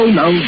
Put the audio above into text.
no